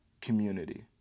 community